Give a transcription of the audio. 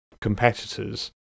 competitors